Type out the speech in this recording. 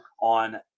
on